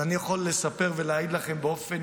אבל אני יכול לספר ולהגיד לכם באופן